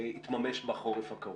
יתממש בחורף הקרוב.